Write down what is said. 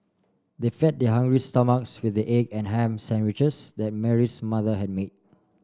they fed their hungry stomachs with the egg and ham sandwiches that Mary's mother had made